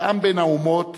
כעם בין האומות